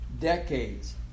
Decades